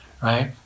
right